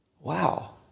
Wow